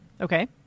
Okay